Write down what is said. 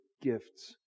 gifts